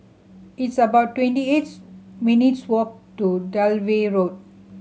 it's about twenty eights minutes' walk to Dalvey Road